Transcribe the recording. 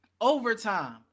overtime